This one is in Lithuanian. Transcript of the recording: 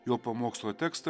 jo pamokslo tekstą